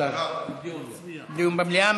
דיון במליאה.